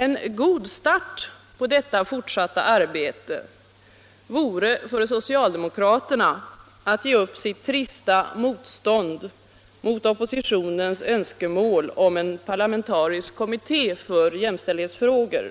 En god start på detta fortsatta arbete vore för socialdemokraterna att ge upp sitt trista motstånd mot oppositionens önskemål om en parlamentarisk kommitté för jämställdhetsfrågor.